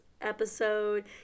Episode